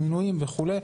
המינויים וכולי,